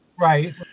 Right